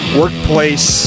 workplace